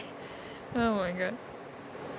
oh my god